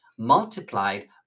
multiplied